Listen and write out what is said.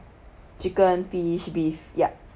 chicken fish beef ya